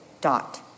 dot